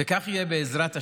וכך יהיה, בעזרת השם,